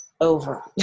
over